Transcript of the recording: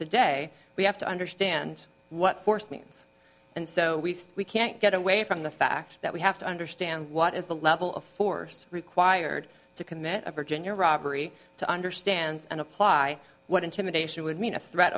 today we have to understand what force means and so we can't get away from the fact that we have to understand what is the level of force required to commit a virginia robbery to understand and apply what intimidation would mean a threat